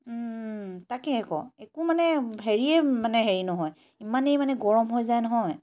তাকে আকৌ একো মানে হেৰিয়ে মানে হেৰি নহয় ইমানেই মানে গৰম হৈ যায় নহয়